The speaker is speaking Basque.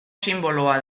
sinboloa